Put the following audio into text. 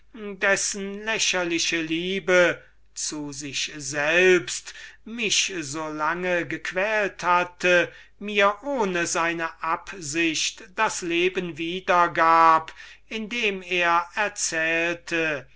dessen lächerliche liebe zu sich selbst mich so lange gequält hatte mir ohne seine absicht das leben wieder gab indem er erzählte